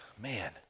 man